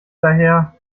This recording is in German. daher